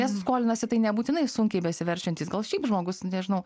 nes skolinasi tai nebūtinai sunkiai besiverčiantys gal šiaip žmogus nežinau